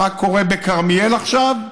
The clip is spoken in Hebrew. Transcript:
מה קורה בכרמיאל עכשיו?